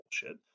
bullshit